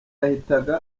yahitaga